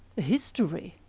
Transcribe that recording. a history?